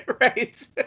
right